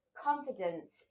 confidence